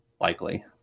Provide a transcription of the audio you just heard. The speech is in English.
likely